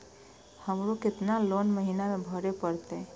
हमरो केतना लोन महीना में भरे परतें?